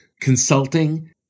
consulting